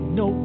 no